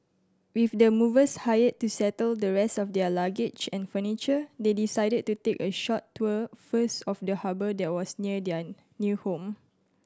with the movers hired to settle the rest of their luggage and furniture they decided to take a short tour first of the harbour that was near their new home